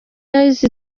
yahise